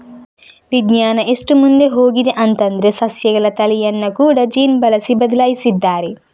ವಿಜ್ಞಾನ ಎಷ್ಟು ಮುಂದೆ ಹೋಗಿದೆ ಅಂತಂದ್ರೆ ಸಸ್ಯಗಳ ತಳಿಯನ್ನ ಕೂಡಾ ಜೀನ್ ಬಳಸಿ ಬದ್ಲಾಯಿಸಿದ್ದಾರೆ